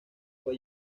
fue